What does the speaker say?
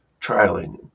trialing